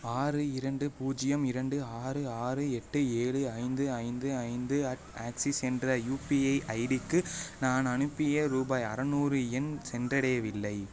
ஆறு இரண்டு பூஜ்யம் இரண்டு ஆறு ஆறு எட்டு ஏழு ஐந்து ஐந்து ஐந்து அட் ஆக்சிஸ் என்ற யூபிஐ ஐடிக்கு நான் அனுப்பிய ரூபாய் அறுநூறு ஏன் சென்றடையவில்லை